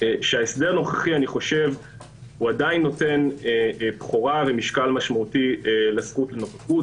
ההסדר הנוכחי עדיין נותן משקל משמעותי לזכות הנוכחות